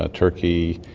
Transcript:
ah turkey,